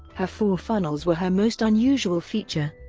her four funnels were her most unusual feature.